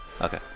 Okay